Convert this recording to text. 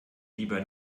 lieber